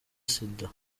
sida